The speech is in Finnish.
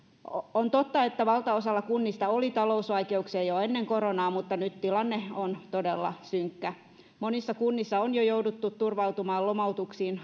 on totta että valtaosalla kunnista oli talousvaikeuksia jo ennen koronaa mutta nyt tilanne on todella synkkä monissa kunnissa on jo jouduttu turvautumaan lomautuksiin